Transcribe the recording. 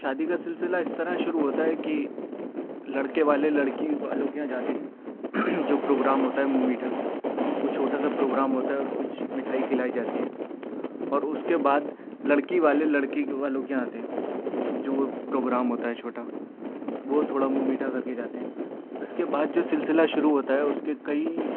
شادی کا سلسلہ اس طرح شروع ہوتا ہے کہ لڑکے والے لڑکی والوں کے یہاں جاتے ہیں جو پروگرام ہوتا ہے منہ میٹھا وہ چھوٹا سا پروگرام ہوتا ہے اور کچھ میٹھائی کھلائی جاتی ہے اور اس کے بعد لڑکی والے لڑکی والوں کے یہاں آتے ہیں جو وہ پروگرام ہوتا ہے چھوٹا وہ تھوڑا منہ میٹھا کر کے جاتے ہیں اس کے بعد جو سلسلہ شروع ہوتا ہے اس کے کئی